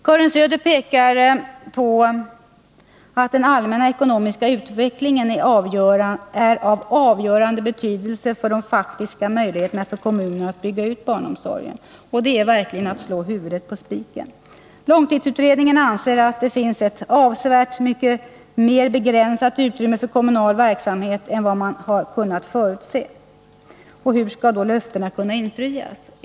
Karin Söder påpekar att den allmänna ekonomiska utvecklingen är av avgörande betydelse för de faktiska möjligheterna för kommunerna att bygga ut barnomsorgen. Det är verkligen att slå huvudet på spiken. Långtidsutredningen anser att utrymmet för kommunal verksamhet är avsevärt mer begränsat än vad man kunnat förutse. Hur skall då löftena kunna infrias?